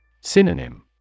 Synonym